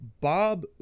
Bob